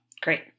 Great